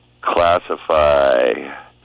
classify